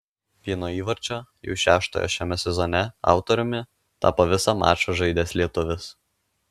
vieno įvarčio jau šeštojo šiame sezone autoriumi tapo visą mačą žaidęs lietuvis